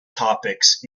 topics